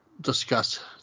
discuss